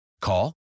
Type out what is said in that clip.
Call